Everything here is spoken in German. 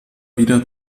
wieder